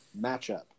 matchup